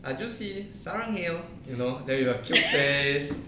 you know then with her cute face